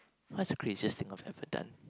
what's the craziest thing I've ever done